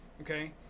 Okay